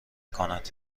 کند